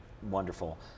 Wonderful